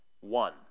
One